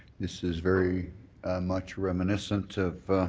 this is very much reminiscent of